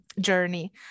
journey